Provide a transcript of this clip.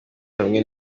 hamwe